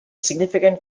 significant